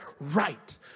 right